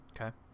Okay